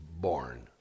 born